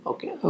Okay